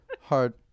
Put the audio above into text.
hard